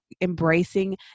embracing